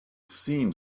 seemed